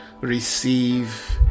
receive